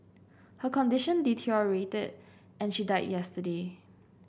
her condition deteriorated and she died yesterday